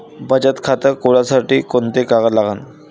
बचत खात खोलासाठी कोंते कागद लागन?